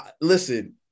listen